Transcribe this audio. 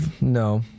no